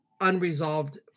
unresolved